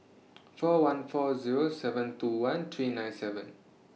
four one four Zero seven two one three nine seven